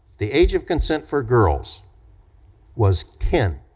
the age of consent for girls was ten